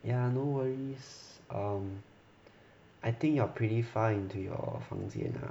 ya no worries um I think you're pretty fine to your 房间